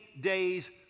days